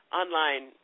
online